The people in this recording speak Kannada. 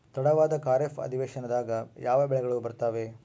ತಡವಾದ ಖಾರೇಫ್ ಅಧಿವೇಶನದಾಗ ಯಾವ ಬೆಳೆಗಳು ಬರ್ತಾವೆ?